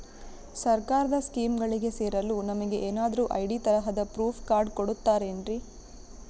ಸರ್ಕಾರದ ಸ್ಕೀಮ್ಗಳಿಗೆ ಸೇರಲು ನಮಗೆ ಏನಾದ್ರು ಐ.ಡಿ ತರಹದ ಪ್ರೂಫ್ ಕಾರ್ಡ್ ಕೊಡುತ್ತಾರೆನ್ರಿ?